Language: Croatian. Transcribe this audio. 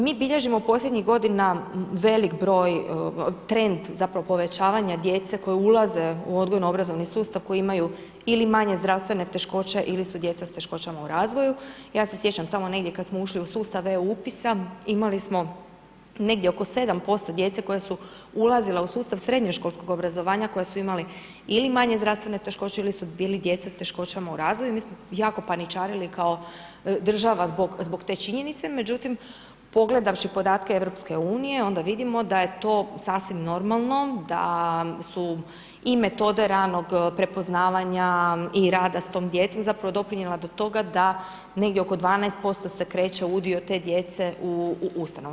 Mi bilježimo posljednjih godina velik broj trend zapravo povećavanja djece koje ulaze u odgojno obrazovni sustav koji imaju ili manje zdravstvene ili su djeca s teškoćama u razvoju, ja se sjećam tamo negdje kad smo ušli u sustav e-upisa imali smo negdje oko 7% djece koja su ulazila u sustav srednje školskog obrazovanja koja su imali ili manje zdravstvene teškoće ili su bili djeca s teškoćama u razvoju, mi smo jako paničarili kao država zbog te činjenice, međutim pogledavši podatke EU onda vidimo da je to sasvim normalno, da su i metode ranog prepoznavanja i rada s tom djecom zapravo doprinijela do toga da negdje oko 12% se kreće udio te djece u ustanovama.